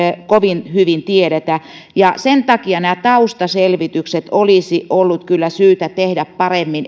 kovin hyvin tiedetä ja sen takia nämä taustaselvitykset olisi ollut kyllä syytä tehdä paremmin